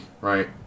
right